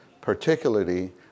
particularly